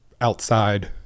outside